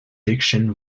diction